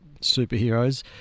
superheroes